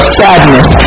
sadness